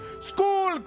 School